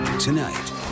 Tonight